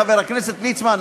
חבר הכנסת ליצמן,